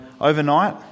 overnight